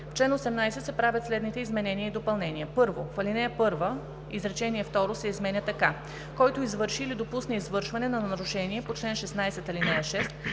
В чл. 18 се правят следните изменения и допълнения: 1. В ал. 1 изречение първо се изменя така: „Който извърши или допусне извършване на нарушение по чл. 16, ал. 6,